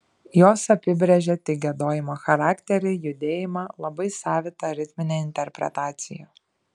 jos apibrėžė tik giedojimo charakterį judėjimą labai savitą ritminę interpretaciją